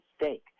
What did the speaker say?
mistake